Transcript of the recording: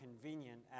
convenient